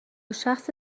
شخص